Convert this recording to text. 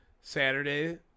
Saturday